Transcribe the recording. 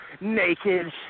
naked